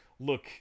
look